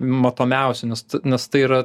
matomiausi nes nes tai yra